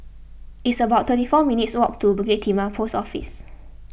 it's about twenty four minutes' walk to Bukit Timah Post Office